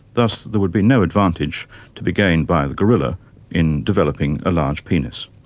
thus there would be no advantage to be gained by the gorilla in developing a large penis.